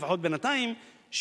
לפחות בינתיים,